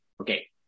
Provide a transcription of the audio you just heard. okay